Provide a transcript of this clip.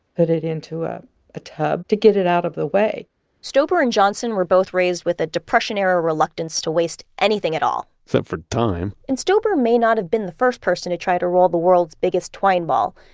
put it into ah a tub to get it out of the way stoeber and johnson were both raised with a depression era reluctance to waste anything at all except for time and stoeber may not have been the first person to try to roll the world's biggest twine ball,